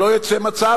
שלא יצא מצב